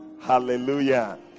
hallelujah